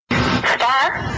star